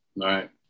Right